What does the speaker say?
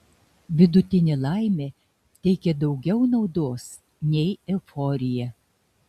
vidutinė laimė teikia daugiau naudos nei euforija